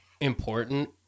important